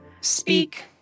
Speak